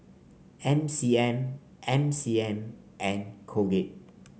M C M M C M and Colgate